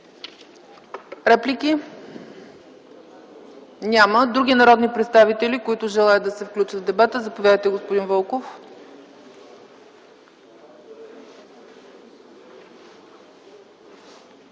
Реплики? Няма. Други народни представители, които желаят да се включат в дебата? Заповядайте, господин Вълков.